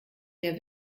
der